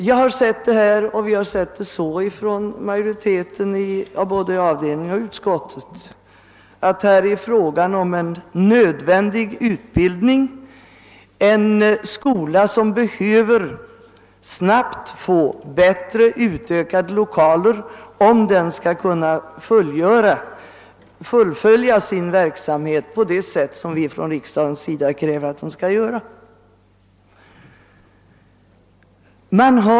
Jag och majoriteten både i avdelningen och i utskottet har sett detta på det sättet, att här är det fråga om en nödvändig utbildning i en skola, som snabbt behöver få bättre och utökade lokaler, om den skall kunna fullfölja sin verksamhet på det sätt som vi från riksdagens sida kräver att den skall göra.